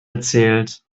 erzählt